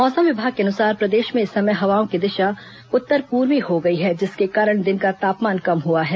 मौसम विभाग के अनुसार प्रदेश में इस समय हवाओं की दिशा उत्तर पूर्वी हो गई है जिसके कारण दिन का तापमान कम हुआ है